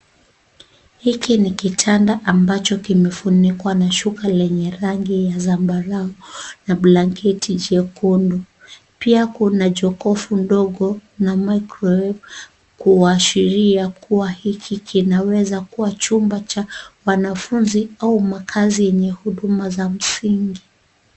Hiki ni kitanda ambacho kimefunikwa na shuka lenye rangi ya zambarau na blanketi jekundu. Pia kuna jokovu ndogo na microwave , kuashiria kuwa hiki kinaweza kuwa chumba cha wanafunzi au makazi yenye huduma za msingi.